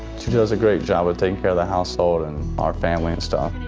she does a great job of taking care of the household and our family and stuff.